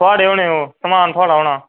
थुआढ़े होने ओह् समान थुआढ़ा होना ओह्